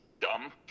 dumb